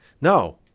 No